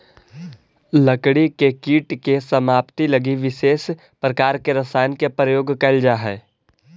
लकड़ी के कीट के समाप्ति लगी विशेष प्रकार के रसायन के प्रयोग कैल जा हइ